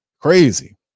Crazy